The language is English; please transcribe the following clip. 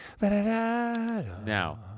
Now